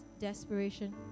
desperation